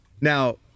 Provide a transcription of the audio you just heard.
Now